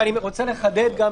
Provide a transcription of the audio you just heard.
אני רוצה לחדד גם